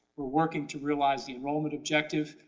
we're working to realize the enrollment objective.